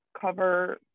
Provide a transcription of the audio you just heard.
cover